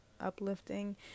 uplifting